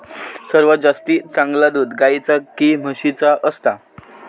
सर्वात जास्ती चांगला दूध गाईचा की म्हशीचा असता?